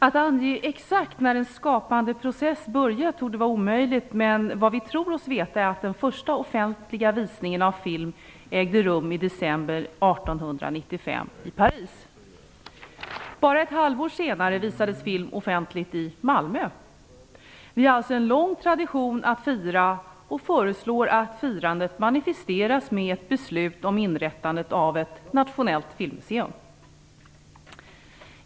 Att ange exakt när den skapande processen började torde vara omöjligt, men vad vi tror oss veta är att den första offentliga filmvisningen ägde rum i december 1895 i Paris. Bara ett halvår senare visades film offentligt i Malmö. Vi har alltså en lång tradition att fira och föreslår att firandet manifesteras med ett beslut om ett inrättande av ett nationellt filmmuseum.